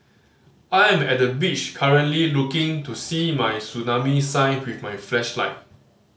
I am at the beach currently looking to see any tsunami sign with my flashlight